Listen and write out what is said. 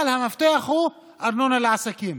אבל המפתח הוא ארנונה לעסקים.